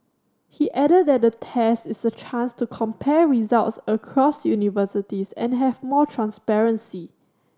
he added that the test is a chance to compare results across universities and have more transparency